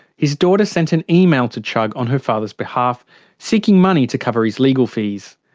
his daughter sent an email to chugg on her father's behalf seeking money to cover his legal fees.